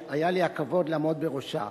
והיה לי הכבוד לעמוד בראשה.